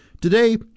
Today